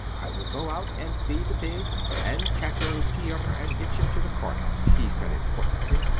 i will go out and feed the pig and catch old pier and hitch him to the cart, he said importantly.